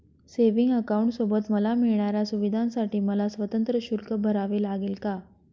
Savings अकाउंटसोबत मला मिळणाऱ्या सुविधांसाठी मला स्वतंत्र शुल्क भरावे लागेल का?